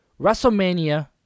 WrestleMania